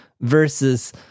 versus